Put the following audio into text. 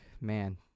Man